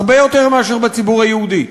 הרבה יותר מאשר בציבור היהודי,